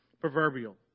proverbial